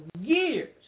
years